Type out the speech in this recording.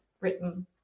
written